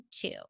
two